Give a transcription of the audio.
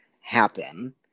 happen